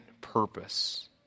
purpose